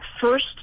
first